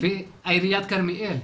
ועיריית כרמיאל.